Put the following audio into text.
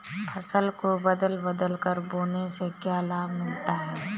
फसल को बदल बदल कर बोने से क्या लाभ मिलता है?